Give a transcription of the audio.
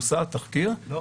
מושא התחקיר --- לא,